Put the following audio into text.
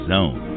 Zone